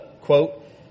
quote